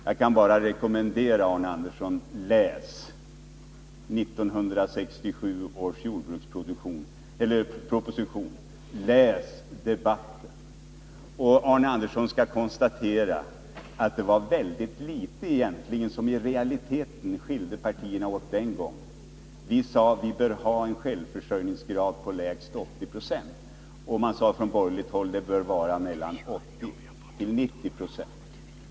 Jag kan bara rekommendera Arne Andersson: Läs 1967 års jordbruksproposition och läs debatten! Han skall då konstatera att det i realiteten egentligen var väldigt litet som skilde partierna åt den gången. Vi sade att vi borde ha en självförsörjningsgrad på lägst 80 26, medan man på borgerligt håll sade att den borde vara mellan 80 och 90 20.